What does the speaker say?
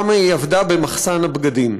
ושם היא עבדה במחסן הבגדים.